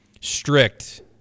strict